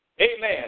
Amen